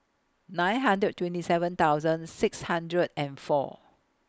nine hundred twenty seven thousand six hundred and four